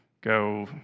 go